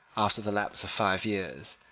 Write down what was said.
after the lapse of five years,